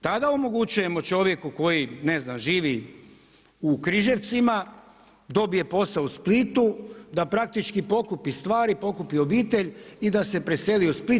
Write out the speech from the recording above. Tada omogućujemo čovjeku koji ne znam živi u Križevcima, dobije posao u Splitu, da praktički pokupi stvari, pokupi obitelj i da se preseli u Split.